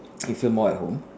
can feel more at home